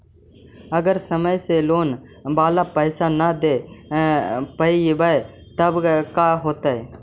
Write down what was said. अगर समय से लोन बाला पैसा न दे पईबै तब का होतै?